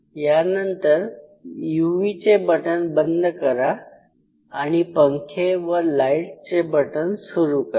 त्यानंतर UV चे button बंद करा आणि पंखे व लाईट चे बटन सुरु करा